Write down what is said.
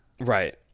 Right